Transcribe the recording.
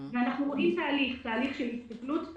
אנחנו רואים תהליך של הסתגלות,